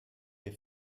des